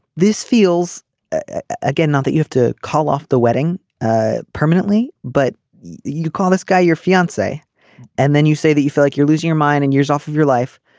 this feels again not that you have to call off the wedding ah permanently but you call this guy your fiancee and then you say that you feel like you're losing your mind mind and years off of your life.